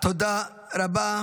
תודה רבה.